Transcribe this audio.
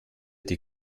die